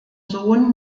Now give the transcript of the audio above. sohn